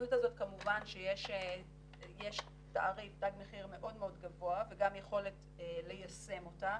לתכנית הזאת כמובן יש תג מחיר מאד גבוה וגם יכולת ליישם אותה,